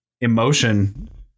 emotion